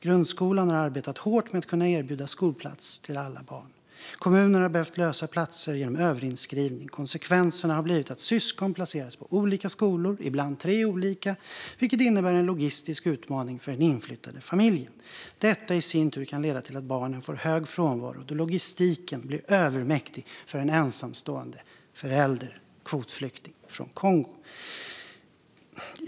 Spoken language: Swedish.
Grundskolan har arbetat hårt med att kunna erbjuda skolplats till alla barn. Kommunen har behövt lösa platser genom överinskrivning. Konsekvensen har blivit att syskon placeras på olika skolor - ibland tre olika - vilket innebär en logistisk utmaning för den inflyttade familjen. Detta i sin tur kan leda till att barnen får hög frånvaro, då logistiken blir övermäktig för en ensamstående förälder som är kvotflykting från Kongo.